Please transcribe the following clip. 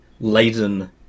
laden